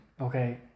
Okay